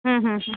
হুম হুম হুম